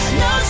no